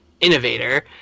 innovator